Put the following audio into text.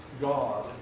God